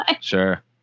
sure